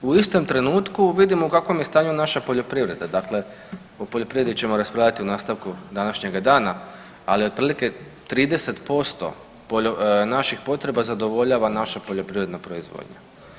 U istom trenutku vidimo u kakvom je stanju naša poljoprivreda, dakle o poljoprivredi ćemo raspravljati u nastavku današnjega dana, ali otprilike 30% naših potreba zadovoljava naša poljoprivredna proizvodnja.